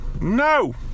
No